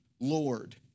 lord